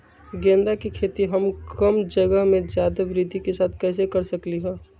गेंदा के खेती हम कम जगह में ज्यादा वृद्धि के साथ कैसे कर सकली ह?